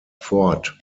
fort